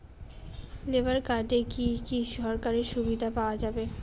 Labour কার্ডে কি কি সরকারি সুবিধা পাওয়া যাবে?